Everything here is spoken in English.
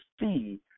see